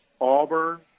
Auburn